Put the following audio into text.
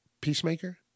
Peacemaker